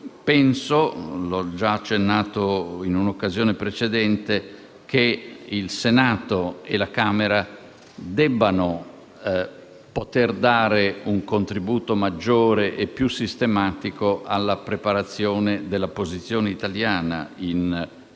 Penso, come ho già accennato in un'occasione precedente, che il Senato e la Camera debbano poter dare un contributo maggiore e più sistematico alla preparazione della posizione italiana in questo